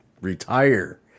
retire